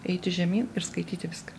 eiti žemyn ir skaityti viską